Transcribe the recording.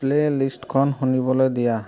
প্লে'লিষ্টখন শুনিবলৈ দিয়া